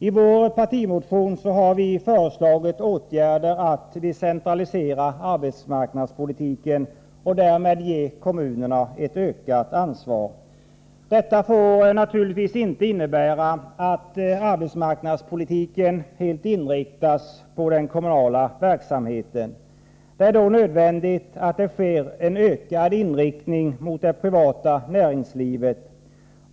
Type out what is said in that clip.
I vår partimotion har vi föreslagit åtgärder för en decentralisering av arbetsmarknadspolitiken, varvid kommunerna ges ett ökat ansvar. Detta får naturligtvis inte innebära att arbetsmarknadspolitiken helt inriktas på den kommunala verksamheten. Det är därför nödvändigt att den får en ökad inriktning mot det privata näringslivet.